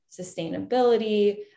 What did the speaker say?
sustainability